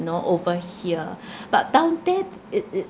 you know over here but down there it~ it's